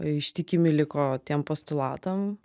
ištikimi liko tiem postulatam